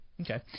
Okay